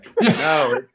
No